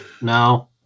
No